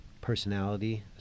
personality